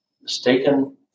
mistaken